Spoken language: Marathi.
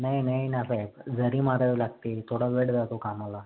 नाही नाही ना साहेब जरी मारावी लागते थोडा वेळ जातो कामाला